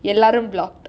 எல்லாரும்:ellarum blocked